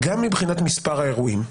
גם מבחינת מספר האירועים,